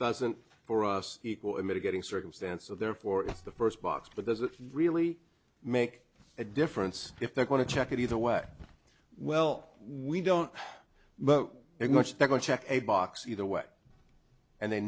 doesn't equal a mitigating circumstance of their for the first box but does it really make a difference if they're going to check it either way well we don't but it's much they're going to check a box either way and they